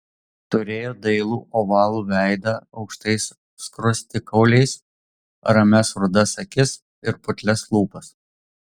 turėjo dailų ovalų veidą aukštais skruostikauliais ramias rudas akis ir putlias lūpas